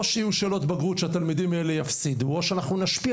או שיהיו שאלות בגרות שהתלמידים האלה יפסידו או שאנחנו נשפיע